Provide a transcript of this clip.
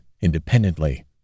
independently